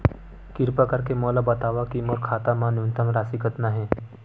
किरपा करके मोला बतावव कि मोर खाता मा न्यूनतम राशि कतना हे